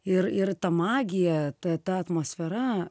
ir ir ta magija ta ta atmosfera